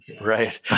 Right